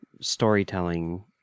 storytelling